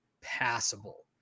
passable